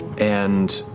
and